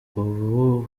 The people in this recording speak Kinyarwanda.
ubu